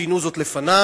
ציינו זאת לפני,